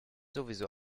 sowieso